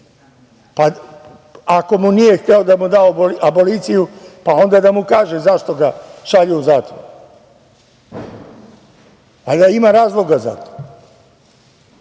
Pa, ako nije hteo da mu da aboliciju, onda da mu kaže zašto ga šalju u zatvor. Ali, ima razloga za to.